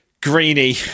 greenie